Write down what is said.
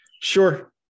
Sure